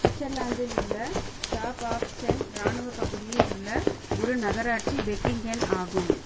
சுவட்சர்லாந்தில் உள்ள சாப் ஆப்ஷன் ராணுவப் பகுதியில் உள்ள ஒரு நகராட்சி பெக்கிங்கென் ஆகும்